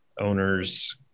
owners